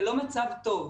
זה לא מצב טוב.